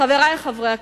חברי חברי הכנסת,